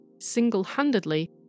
single-handedly